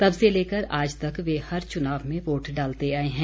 तब से लेकर आज तक वे हर चुनाव में वोट डालते आए हैं